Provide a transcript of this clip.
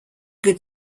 good